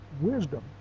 wisdom